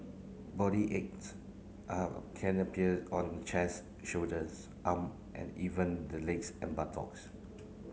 body aches are can appears on the chairs shoulders arm and even the legs and buttocks